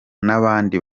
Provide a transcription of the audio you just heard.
n’abandi